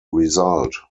result